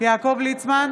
יעקב ליצמן,